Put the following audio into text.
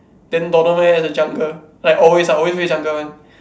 then Donovan and the jungle like always ah always play jungle one